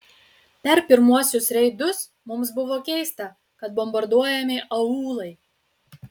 per pirmuosius reidus mums buvo keista kad bombarduojami aūlai